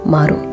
Maru